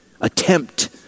attempt